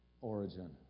origin